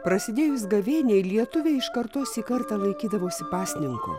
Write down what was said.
prasidėjus gavėniai lietuviai iš kartos į kartą laikydavosi pasninko